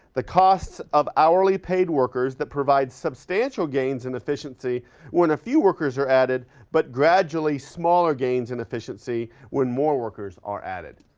the costs of hourly paid workers that provide substantial gains and efficiency when a few workers are added but gradually smaller gains and efficiency when more workers are added.